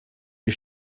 die